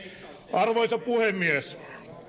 arvoisa puhemies